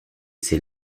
c’est